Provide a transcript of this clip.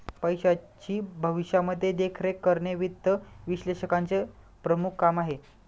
पैशाची भविष्यामध्ये देखरेख करणे वित्त विश्लेषकाचं प्रमुख काम आहे